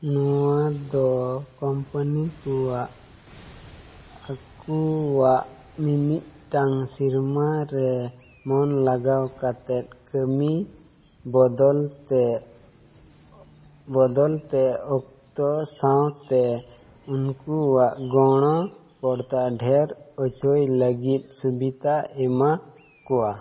ᱱᱚᱣᱟ ᱫᱚ ᱠᱳᱢᱯᱟᱹᱱᱤ ᱠᱚᱣᱟᱜ ᱟᱠᱚᱣᱟᱜ ᱢᱤᱢᱤᱫᱴᱟᱝ ᱥᱮᱨᱢᱟ ᱨᱮ ᱢᱚᱱ ᱞᱟᱜᱟᱣ ᱠᱟᱛᱮᱫ ᱠᱟᱹᱢᱤ ᱵᱚᱫᱚᱞᱛᱮ ᱵᱚᱫᱚᱞᱛᱮ ᱚᱠᱛᱚ ᱥᱟᱶᱛᱮ ᱩᱱᱠᱩᱣᱟᱜ ᱜᱚᱲᱼᱯᱚᱲᱛᱟ ᱰᱷᱮᱨ ᱚᱪᱚᱭ ᱞᱟᱹᱜᱤᱫ ᱥᱩᱵᱤᱫᱷᱟ ᱮᱢᱟ ᱠᱚᱣᱟ